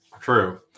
true